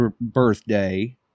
birthday